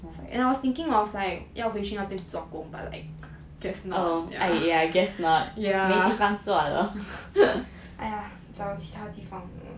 and I was thinking of like 要回去那边做工 but like guess not yeah 哎呀找其他地方